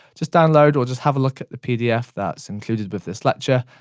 just download or just have a look at the pdf that's included with this lecture,